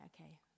okay